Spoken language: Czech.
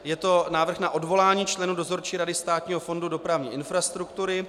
Je to Návrh na odvolání členů Dozorčí rady Státního fondu dopravní infrastruktury.